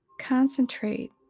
Concentrate